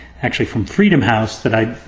actually, from freedom house, that i,